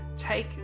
take